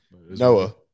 noah